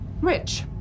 rich